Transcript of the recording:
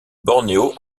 bornéo